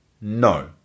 no